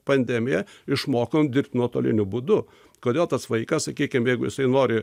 pandemiją išmokom dirbt nuotoliniu būdu kodėl tas vaikas sakykim jeigu jisai nori